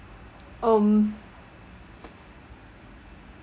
um